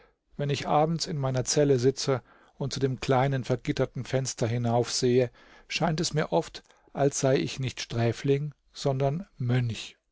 wenn ich abends in meiner zelle sitze und zu dem kleinen vergitterten fenster hinaufsehe scheint es mir oft als sei ich nicht sträfling sondern mönch